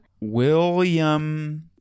william